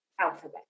alphabet